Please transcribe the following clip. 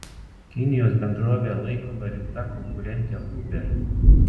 kinijoje bendrovė laikoma rimta konkurente uber